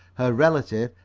her relative,